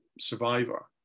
survivor